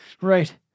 right